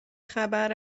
خبر